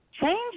change